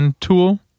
tool